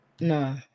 No